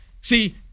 See